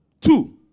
Two